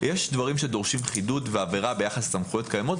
יש דברים שדורשים חידוד והבהרה ביחס לסמכויות קיימות,